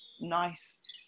nice